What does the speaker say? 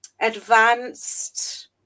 advanced